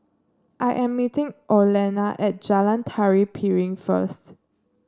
I am meeting Orlena at Jalan Tari Piring first